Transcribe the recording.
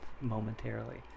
momentarily